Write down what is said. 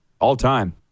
All-time